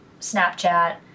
Snapchat